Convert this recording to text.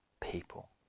people